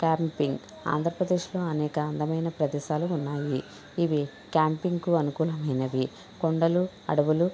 camping ఆంధ్రప్రదేశ్లో అనేక అందమైన ప్రదేశాలు ఉన్నాయి ఇవి క్యాంపింగ్ కు అనుకూలమైనవి కొండలు అడవులు